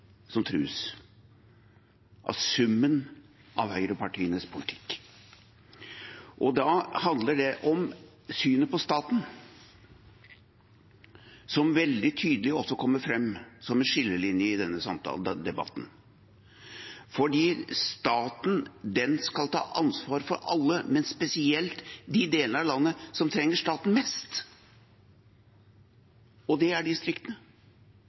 som trues – av summen av høyrepartienes politikk. Det handler om synet på staten, som også veldig tydelig kommer fram som en skillelinje i denne debatten. Staten skal ta ansvar for alle, men spesielt for de delene av landet som trenger staten mest, og det er distriktene.